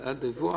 הדיווח.